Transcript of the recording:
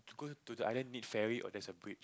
to the island need ferry or there's a bridge